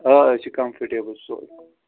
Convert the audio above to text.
آ أسۍ چھِ کَمفٲٹیبٕل سورُے